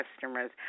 customers